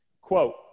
Quote